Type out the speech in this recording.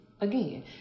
Again